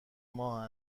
ماه